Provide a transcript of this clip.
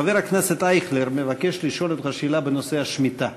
חבר הכנסת אייכלר מבקש לשאול אותך שאלה בנושא השמיטה